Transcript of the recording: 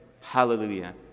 Hallelujah